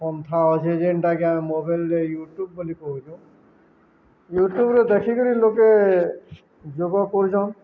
କଥା ଅଛେ ଯେନ୍ଟାକି ଆମେ ମୋବାଇଲରେ ୟୁଟ୍ୟୁବ ବୋଲି କହୁଚୁ ୟୁଟ୍ୟୁବ୍ର ଦେଖିକିରି ଲୋକେ ଯୋଗ କରୁଚନ୍